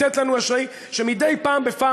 לתת לנו אשראי שמדי פעם בפעם,